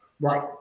Right